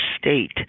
state